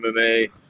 mma